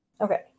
Okay